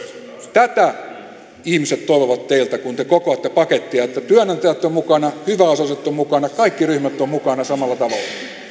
tätä ihmiset toivovat teiltä kun te kokoatte pakettia että työnantajat ovat mukana hyväosaset ovat mukana kaikki ryhmät ovat mukana samalla tavalla